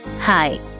Hi